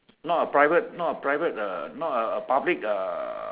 not a private not a private uh not a a public uh